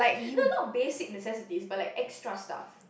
no no not basic necessities but like extra stuff